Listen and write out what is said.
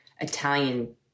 Italian